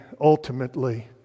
ultimately